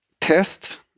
test